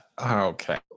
okay